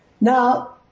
Now